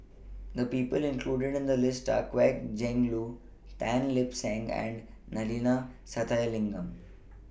The People included in The list Are Kwek Leng Joo Tan Lip Seng and Neila Sathyalingam